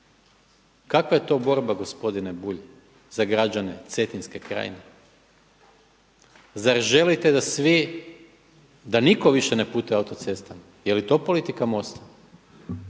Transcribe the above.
Kakva je to borba gospodine Bulj za građane Cetinske krajine? Zar želite da svi, da nitko više ne putuje autocestama, je li to politika MOST-a?